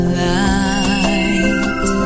light